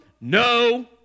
No